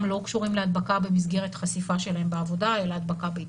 לא קשורים להדבקה במסגרת חשיפה שלהם בעבודה אלא הדבקה ביתית.